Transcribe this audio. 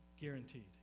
guaranteed